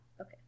Okay